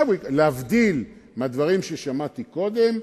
להבדיל מהדברים ששמעתי קודם,